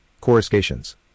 Coruscations